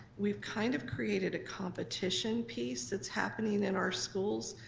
we've kind of created a competition piece that's happening in our schools.